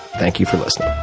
thank you for listening.